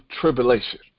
tribulation